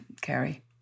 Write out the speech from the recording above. Carrie